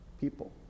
people